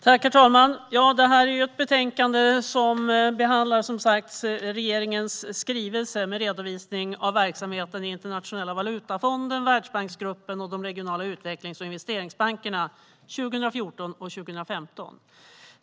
Herr talman! Det här är ett betänkande som behandlar regeringens skrivelse med redovisning av verksamheten i Internationella valutafonden, Världsbanksgruppen och de regionala utvecklings och investeringsbankerna 2014 och 2015.